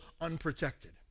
unprotected